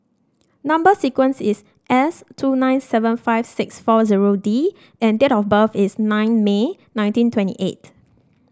number sequence is S two nine seven five six four zero D and date of birth is nine May nineteen twenty eight